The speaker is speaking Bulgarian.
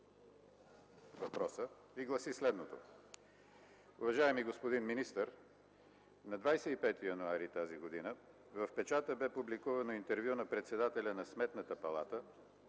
февруари, гласи следното: „Уважаеми господин министър, На 25 януари тази година в печата бе публикувано интервю на председателя на Сметната палата,